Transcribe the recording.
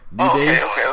Okay